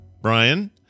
Brian